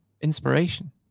inspiration